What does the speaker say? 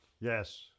Yes